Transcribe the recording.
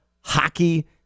hockey